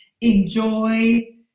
Enjoy